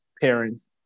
parents